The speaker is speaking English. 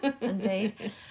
indeed